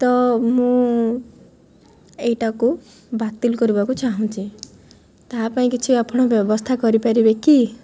ମୁଁ ଏଇଟାକୁ ବାତିଲ କରିବାକୁ ଚାହୁଁଛି ତା ପାଇଁ କିଛି ଆପଣ ବ୍ୟବସ୍ଥା କରିପାରିବେ କି